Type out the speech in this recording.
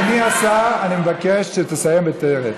אדוני השר, אני מבקש שתסיים ותרד.